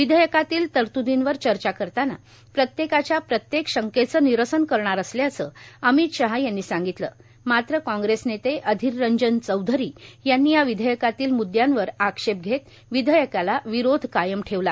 विधेयकातल्या तरत्दींवर चर्चा करताना प्रत्येकाच्या प्रत्येक शंकेचं निरसन करणार असल्याचं अमित शहा यांनी सांगितलं मात्र काँग्रेस नेते अधीररंजन चौधरी यांनी या विधेयकातल्या म्द्यांवर आक्षेप घेत विधेयकाला विरोध कायम ठेवला